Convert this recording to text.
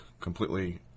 completely